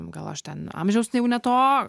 gal aš ten amžiaus jau ne to